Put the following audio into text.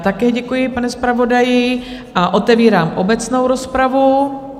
Také děkuji, pane zpravodaji, a otevírám obecnou rozpravu.